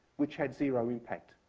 which had zero impact,